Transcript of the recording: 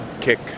kick